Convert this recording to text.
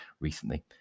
recently